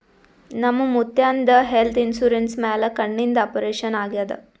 ನಮ್ ಮುತ್ಯಾಂದ್ health insurance ಮ್ಯಾಲ ಕಣ್ಣಿಂದ್ ಆಪರೇಷನ್ ಆಗ್ಯಾದ್